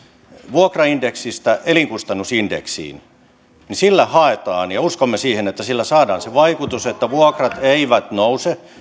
vuokraindeksistä elinkustannusindeksiin haetaan sitä ja uskomme siihen että sillä saadaan se vaikutus että vuokrat eivät nouse